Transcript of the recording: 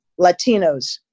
Latinos